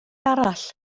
arall